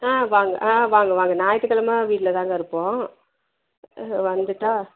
ஆ வாங்க ஆ வாங்க வாங்க ஞாயிற்றுக் கெழம வீட்டில்தாங்க இருப்போம் வந்துவிட்டா